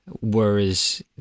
whereas